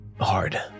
hard